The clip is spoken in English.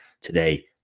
today